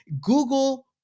Google